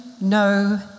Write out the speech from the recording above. No